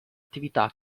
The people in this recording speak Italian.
attività